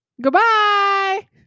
Goodbye